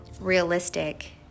realistic